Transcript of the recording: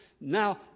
now